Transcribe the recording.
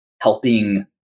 helping